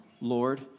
Lord